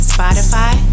Spotify